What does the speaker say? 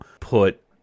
put